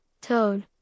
Toad